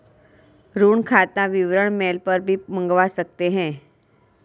ऋण खाता विवरण मेल पर भी मंगवा सकते है